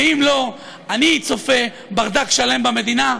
ואם לא, אני צופה ברדק שלם במדינה.